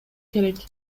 керек